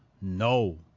No